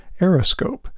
Aeroscope